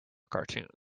cartoons